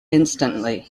instantly